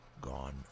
gone